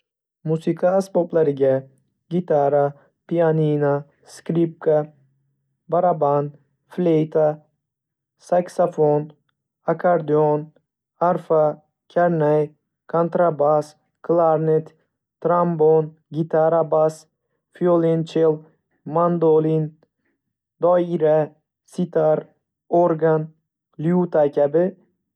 Musiqa asboblariga: Gitara, pianino, skripka, baraban, fleyta, saksofon, akordeon, arfa, karnay, kontrabas, klarnet, trombon, gitara bas, violonchel, mandolin, doira, sitar, organ, lyuta kabi.